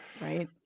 Right